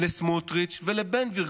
לסמוטריץ' ולבן גביר.